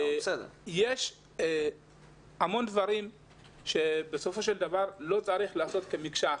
יש המון דברים שבסופו של דבר לא צריך לעשות כמקשה אחת.